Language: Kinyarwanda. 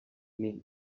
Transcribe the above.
nti